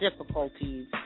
difficulties